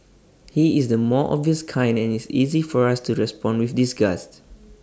he is the more obvious kind and it's easy for us to respond with disgust